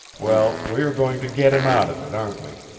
well, we are going to get him out of it, aren't we?